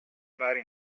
vari